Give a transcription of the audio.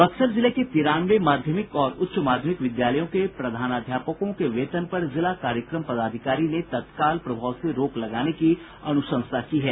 बक्सर जिले के तिरानवे माध्यमिक और उच्च माध्यमिक विद्यालयों के प्रधानाध्यापकों के वेतन पर जिला कार्यक्रम पदाधिकारी ने तत्काल प्रभाव से रोक लगाने की अनुशंसा की है